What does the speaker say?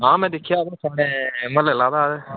हां में दिक्खेआ हा थुआढ़े म्हल्ले लाएदा हा ते